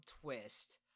twist